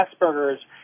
Asperger's